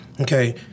Okay